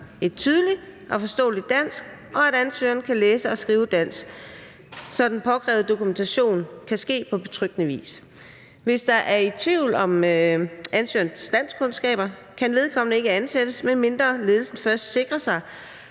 et tydeligt og forståeligt dansk, og at ansøgeren kan læse og skrive dansk, så den påkrævede dokumentation kan ske på betryggende vis. Hvis der er tvivl om ansøgerens danskkundskaber, kan vedkommende ikke ansættes, medmindre ledelsen først sikrer sig,